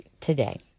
today